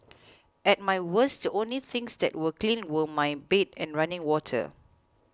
at my worst the only things that were clean were my bed and running water